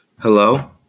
Hello